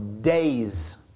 days